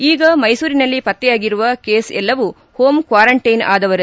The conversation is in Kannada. ಈಗ ಮೈಸೂರಿನಲ್ಲಿ ಪತ್ತೆಯಾಗಿರುವ ಕೇಸ್ ಎಲ್ಲವೂ ಹೋಮ್ ಕ್ವಾರಂಟೈನ್ ಆದವರು